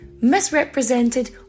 misrepresented